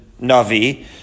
Navi